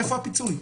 איפה הפיצוי?